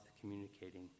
communicating